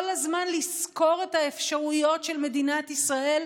כל הזמן לסקור את האפשרויות של מדינת ישראל,